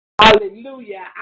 Hallelujah